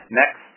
next